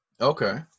Okay